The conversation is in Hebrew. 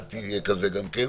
אל תהיה כזה גם כן,